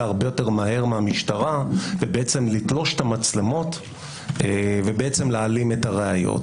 הרבה יותר מהר מהמשטרה ובעצם לתלוש את המצלמות ולהעלים את הראיות.